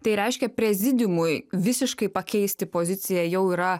tai reiškia prezidiumui visiškai pakeisti poziciją jau yra